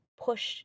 push